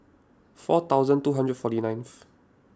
four thousand two hundred forty ninth